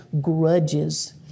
grudges